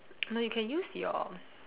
no you can use your